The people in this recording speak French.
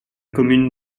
commune